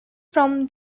from